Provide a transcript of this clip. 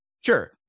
Sure